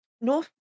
North